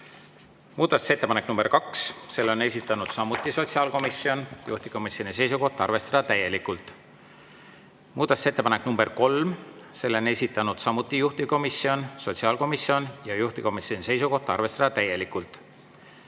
Muudatusettepanek nr 2, selle on esitanud samuti sotsiaalkomisjon, juhtivkomisjoni seisukoht on arvestada täielikult. Muudatusettepanek nr 3, selle on esitanud samuti juhtivkomisjon, sotsiaalkomisjon, ja juhtivkomisjoni seisukoht on arvestada täielikult.